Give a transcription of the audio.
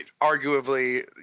arguably